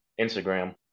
Instagram